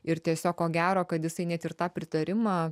ir tiesiog ko gero kad jisai net ir tą pritarimą